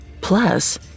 Plus